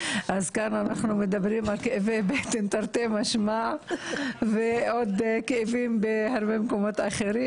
כאן אנחנו מדברים על כאבי בטן תרתי משמע ועוד כאבים בהרבה מקומות אחרים,